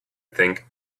think